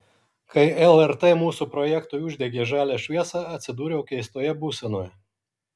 kai lrt mūsų projektui uždegė žalią šviesą atsidūriau keistoje būsenoje